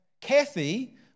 Kathy